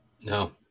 No